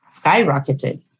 skyrocketed